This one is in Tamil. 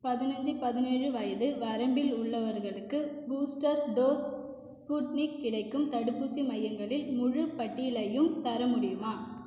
பதினைஞ்சு பதினேழு வயது வரம்பில் உள்ளவர்களுக்கு பூஸ்டர் டோஸ் ஸ்புட்னிக் கிடைக்கும் தடுப்பூசி மையங்களின் முழுப்பட்டியலையும் தர முடியுமா